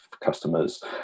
customers